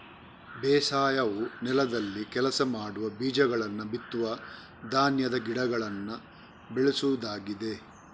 ಬೇಸಾಯವು ನೆಲದಲ್ಲಿ ಕೆಲಸ ಮಾಡುವ, ಬೀಜಗಳನ್ನ ಬಿತ್ತುವ ಧಾನ್ಯದ ಗಿಡಗಳನ್ನ ಬೆಳೆಸುವುದಾಗಿದೆ